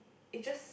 it just